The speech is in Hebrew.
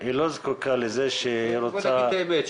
היא לא זקוקה לזה כשהיא רוצה --- בוא נגיד את האמת,